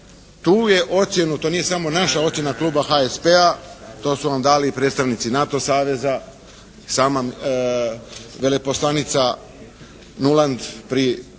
Tu je ocjenu, to nije samo naša ocjena kluba HSP-a, to su vam dali i predstavnici NATO saveza, sama veleposlanica Nulant u